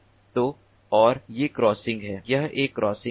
तो और ये क्रॉसिंग हैं यह एक क्रॉसिंग है और यह एक और क्रॉसिंग है